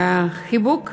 חיבוק אישי,